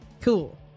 Cool